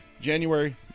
January